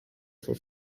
for